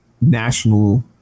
national